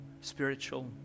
spiritual